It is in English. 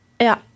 Ja